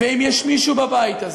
ואם יש מישהו בבית הזה,